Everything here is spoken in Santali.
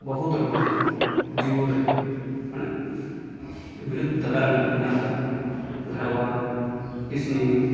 ᱵᱚᱦᱩᱛ ᱨᱚᱠᱚᱢ ᱡᱤᱵᱚᱱᱨᱮ ᱢᱟᱱᱮ ᱵᱤᱞᱩᱯᱛᱚ ᱨᱮ ᱢᱮᱱᱟᱜ ᱠᱚᱣᱟ ᱡᱟᱦᱟᱸᱞᱮᱠᱟ ᱜᱷᱟᱲᱣᱟ ᱠᱤᱥᱱᱤ